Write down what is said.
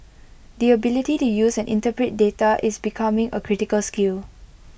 the ability to use and interpret data is becoming A critical skill